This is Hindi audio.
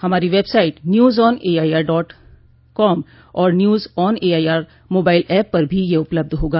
हमारी website news on AIR dot com और news on AIR mobile app पर भी यह उपलब्ध होगा